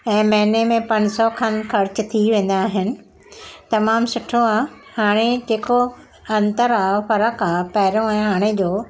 ऐं महीने में पंज सौ खनि ख़र्च थी वेंदा आहिनि तमामु सुठो आहे हाणे जेको अंतर आहे फ़र्क़ु आहे पहिरियों ऐं हाणे जो